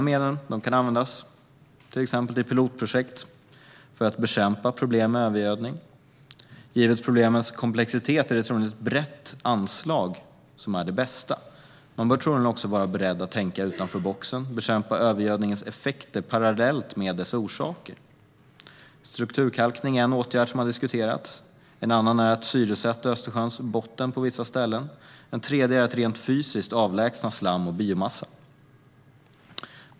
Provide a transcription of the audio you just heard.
Medlen kan användas till exempel för pilotprojekt för att bekämpa problem med övergödning. Givet problemens komplexitet är ett brett anslag troligen det bästa. Man bör troligen också vara beredd att tänka utanför boxen och bekämpa övergödningens effekter parallellt med dess orsaker. Strukturkalkning är en åtgärd som har diskuterats. En annan är att syresätta Östersjöns botten på vissa ställen och en tredje att rent fysiskt avlägsna slam och biomassa.